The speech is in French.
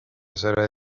cela